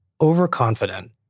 overconfident